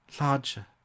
larger